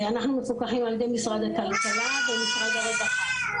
אנחנו מפוקחים על ידי משרד הכלכלה ומשרד הרווחה.